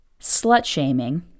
slut-shaming